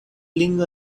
lin